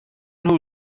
nhw